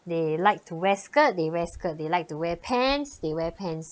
they like to wear skirt they wear skirt they like to wear pants they wear pants